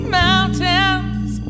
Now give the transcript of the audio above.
mountains